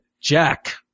Jack